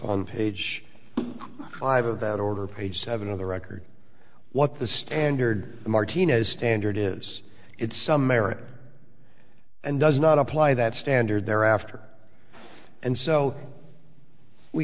on page five of that order page seven of the record what the standard martinez standard is it's some merit or and does not apply that standard thereafter and so we